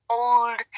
old